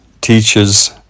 teaches